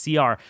CR